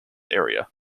area